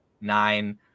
nine